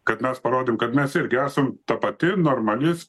kad mes parodėm kad mes irgi esam ta pati normali